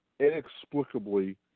inexplicably